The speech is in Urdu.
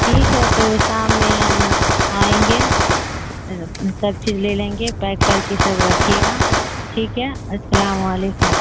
ٹھیک ہے تو شام میں ہم آئیں گے سب چیز لے لیں گے پیک کر کے سب رکھیے گا ٹھیک ہے السلام علیکم